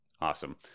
Awesome